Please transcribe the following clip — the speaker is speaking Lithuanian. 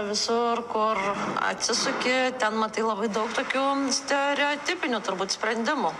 visur kur atsisuki ten matai labai daug tokių stereotipinių turbūt sprendimų